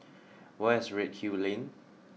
where is Redhill Lane